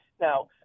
now